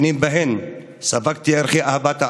שנים שבהן ספגתי ערכי אהבת הארץ,